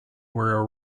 were